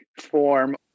form